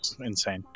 insane